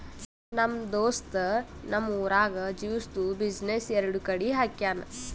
ನಮ್ ದೋಸ್ತ್ ನಮ್ ಊರಾಗ್ ಜ್ಯೂಸ್ದು ಬಿಸಿನ್ನೆಸ್ ಎರಡು ಕಡಿ ಹಾಕ್ಯಾನ್